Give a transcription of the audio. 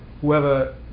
whoever